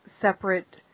separate